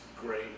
great